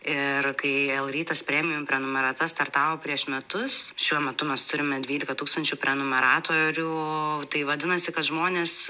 ir kai l rytas premium prenumerata startavo prieš metus šiuo metu mes turime dvylika tūkstančių prenumeratorių tai vadinasi kad žmonės